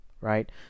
right